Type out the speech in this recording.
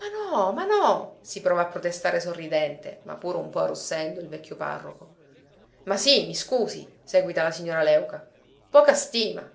ma no ma no si prova a protestare sorridente ma pure un po arrossendo il vecchio parroco ma sì mi scusi seguita la signora léuca poca stima